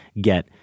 get